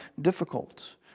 difficult